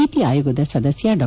ನೀತಿ ಆಯೋಗದ ಸದಸ್ಯ ಡಾ